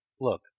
Look